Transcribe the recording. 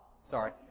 Sorry